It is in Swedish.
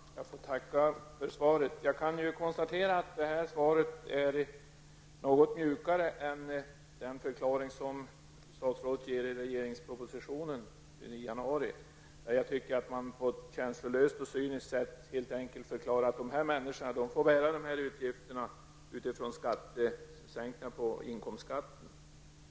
Herr talman! Jag får tacka för svaret. Jag kan konstatera att detta svar är något mjukare än den förklaring som statsrådet gav i regeringspropositionen i januari. Jag tycker att man där på ett känslolöst och cyniskt sätt helt enkelt förklarar att dessa människor får bära de här utgifterna utifrån de sänkningar på inkomstskatten